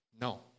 no